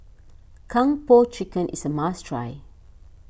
Kung Po Chicken is a must try